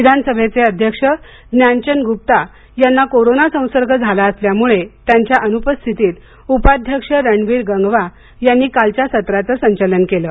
विधानसभेचे अध्यक्ष ज्ञानचंद गुप्ता यांना कोरोना संसर्ग झाला असल्यामुळे त्यांच्या अनुस्पस्थितीत उपाध्यक्ष रणवीर गंगवा यांनी कालच्या सत्राचं संचालन केलं